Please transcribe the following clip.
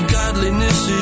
godliness